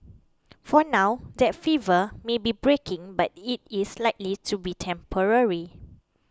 for now that fever may be breaking but it is likely to be temporary